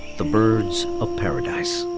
the birds of paradise.